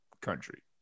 country